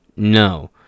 No